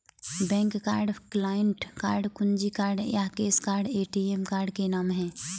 bank card, client card, कुंजी card या cash card ATM card के नाम है